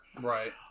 Right